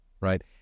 right